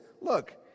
look